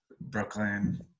Brooklyn